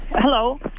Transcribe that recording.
hello